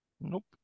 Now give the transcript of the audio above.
Nope